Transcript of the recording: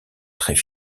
très